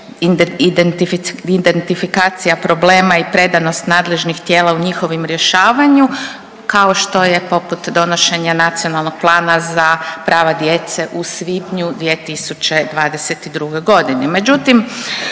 identifikacija problema i predanost nadležnih tijela u njihovom rješavanju kao što je poput donošenja Nacionalnog plana za prava djece u svibnju 2022. godine.